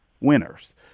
winners